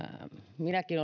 minäkin